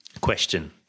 Question